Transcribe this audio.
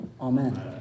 amen